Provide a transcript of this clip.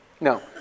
No